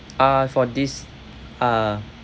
uh for this uh